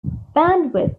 bandwidth